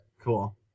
Cool